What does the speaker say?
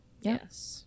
Yes